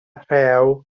rhew